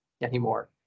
anymore